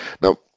Now